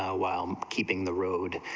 ah while keeping the road,